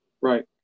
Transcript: Right